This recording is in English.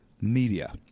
media